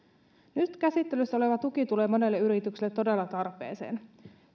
nyt käsittelyssä oleva tuki tulee monelle yritykselle todella tarpeeseen